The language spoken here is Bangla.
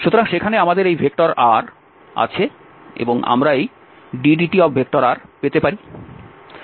সুতরাং সেখানে আমাদের এই r আছে এবং আমরা এই drdt পেতে পারি